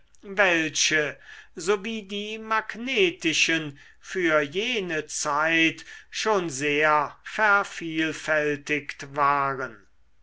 welche so wie die magnetischen für jene zeit schon sehr vervielfältigt waren